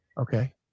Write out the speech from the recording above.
Okay